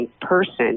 person